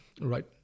right